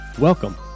Welcome